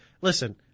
listen